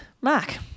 Mark